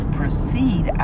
proceed